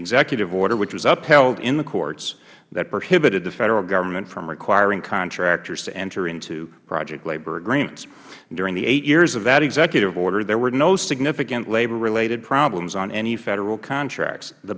executive order which was upheld in the courts that prohibited the federal government from requiring contractors to enter into project labor agreements during the eight years of that executive order there were no significant labor related problems on any federal contracts the